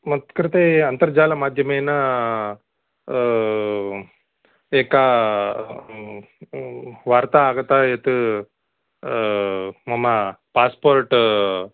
मत्कृते अन्तर्जालमाध्यमेन एका वार्ता आगता यत् मम पास्पोर्ट्